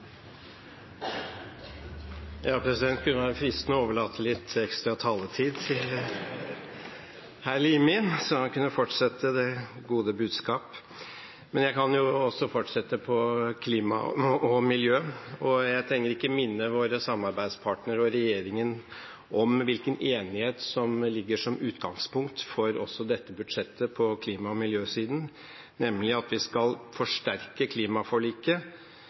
kunne være fristende å overlate litt ekstra taletid til hr. Limi, så han kunne fortsette det gode budskap. Men jeg kan også fortsette på klima og miljø, og jeg trenger ikke minne våre samarbeidspartnere og regjeringen om hvilken enighet som ligger som utgangspunkt for også dette budsjettet på klima- og miljøsiden, nemlig at vi skal forsterke klimaforliket